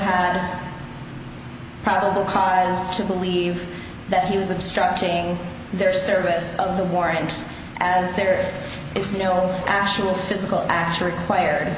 have probable cause to believe that he was obstructing their service of the war and as there is no actual physical action required